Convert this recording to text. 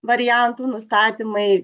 variantų nustatymai